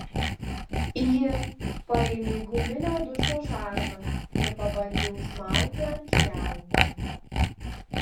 ji paėmė guminę dušo žarną ir pabandė užmauti ant čiaupo